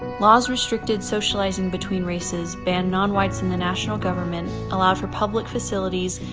laws restricted socializing between races banned non-whites in the national government allowed for public facilities,